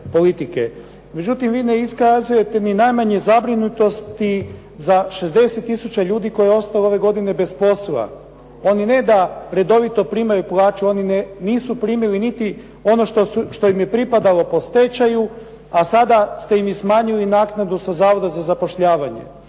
Međutim, vi ne iskazujete ni najmanje zabrinutosti za 60 tisuća ljudi koje je ostalo ove godine bez posla. Oni ne da redovito primaju plaću, oni nisu primili niti ono što im je pripadalo po stečaju, a sada ste im i smanjili naknadu sa Zavoda za zapošljavanje.